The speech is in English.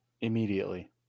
Immediately